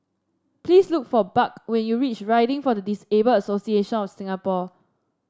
please look for Buck when you reach Riding for the Disabled Association of Singapore